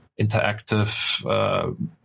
interactive